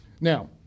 Now